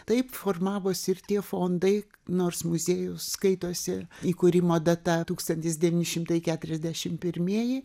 taip formavosi ir tie fondai nors muziejus skaitosi įkūrimo data tūkstantis devyni šimtai keturiasdešimt pirmieji